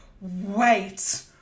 wait